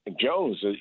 Jones